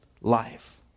life